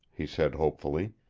he said hopefully.